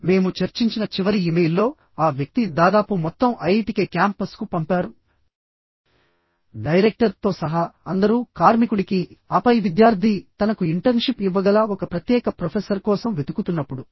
మేము చర్చించిన చివరి ఇమెయిల్లో ఆ వ్యక్తి దాదాపు మొత్తం ఐఐటికె క్యాంపస్కు పంపారు డైరెక్టర్ తో సహా అందరూ కార్మికుడికి ఆపై విద్యార్థి తనకు ఇంటర్న్షిప్ ఇవ్వగల ఒక ప్రత్యేక ప్రొఫెసర్ కోసం వెతుకుతున్నప్పుడు